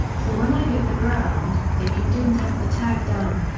so when i hit the ground, if you didn't have the tag down,